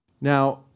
Now